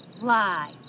lie